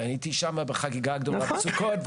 והייתי שם בחגיגה הגדולה בסוכות,